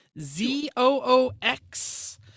Z-O-O-X